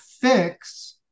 fix